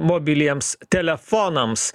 mobiliems telefonams